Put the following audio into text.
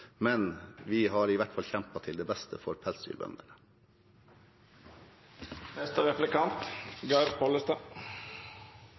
men vi har i hvert fall kjempet til det beste for